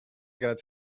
gotta